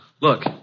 Look